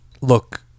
look